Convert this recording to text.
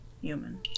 human